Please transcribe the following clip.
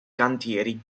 cantieri